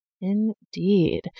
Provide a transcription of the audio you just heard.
Indeed